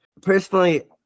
personally